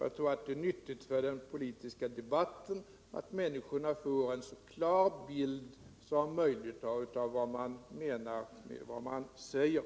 Jag tror att det är nödvändigt för den politiska debatten att människorna får en så klar bild som möjligt av vad man menar med det som man säger.